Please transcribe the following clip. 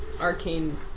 arcane